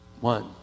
one